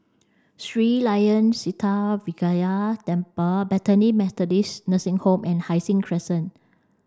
Sri Layan Sithi Vinayagar Temple Bethany Methodist Nursing Home and Hai Sing Crescent